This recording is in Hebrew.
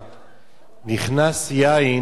נכנס יין, יצא סוד.